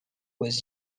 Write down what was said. was